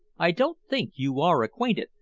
i don't think you are acquainted,